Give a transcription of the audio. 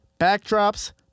backdrops